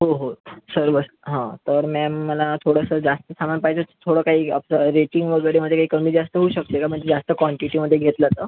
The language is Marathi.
हो हो सर्वच हा तर मॅम मला थोडंसं जास्त सामान पाहिजे होतं थोडं काही आपलं रेटींग वगैरे मध्ये काही कमी जास्त होऊ शकते का म्हणजे जास्त क्वांटीटीमध्ये घेतलं तर